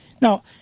now